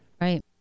Right